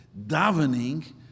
Davening